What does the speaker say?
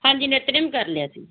ਹਾਂਜੀ ਨਿਤਨੇਮ ਕਰ ਲਿਆ ਸੀ ਜੀ